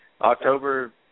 October